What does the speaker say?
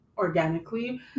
organically